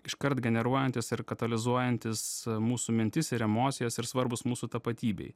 iškart generuojantys ir katalizuojantys mūsų mintis ir emocijas ir svarbūs mūsų tapatybei